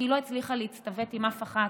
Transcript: כי היא לא הצליחה להצטוות עם אף אחת.